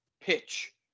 pitch